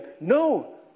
no